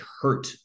hurt